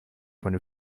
meinem